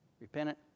Repentant